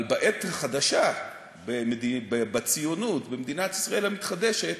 אבל בעת החדשה, בציונות, במדינת ישראל המתחדשת,